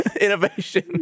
innovation